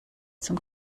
zum